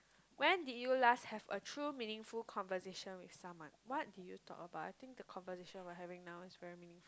when did you last have a true meaningful conversation with someone what did you talk about I think the conversation we are having now is very meaning